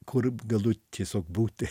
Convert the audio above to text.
kur galiu tiesiog būti